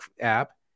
app